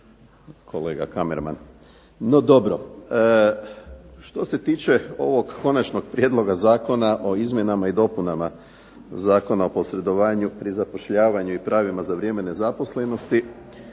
kolega kamerman, no dobro. Što se tiče ovog Konačnog prijedloga zakona o izmjenama i dopunama Zakona o posredovanju pri zapošljavanju i pravima za vrijeme nezaposlenosti